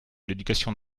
l’éducation